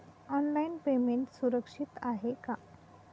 Online payment सुरक्षित आहे का?